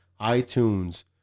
iTunes